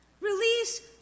Release